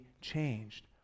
changed